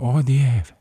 o dieve